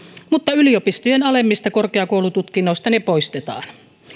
mutta yliopistojen alemmista korkeakoulututkinnoista ne poistetaan